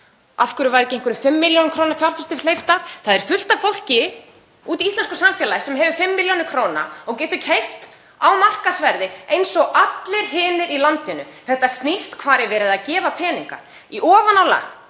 Af hverju var ekki einhverjum 5 millj. kr. fjárfestum hleypt að? Það er fullt af fólki úti í íslensku samfélagi sem hefur 5 millj. kr. og getur keypt á markaðsverði eins og allir hinir í landinu. Þetta snýst um hvar verið er að gefa peninga. Í ofanálag